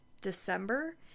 December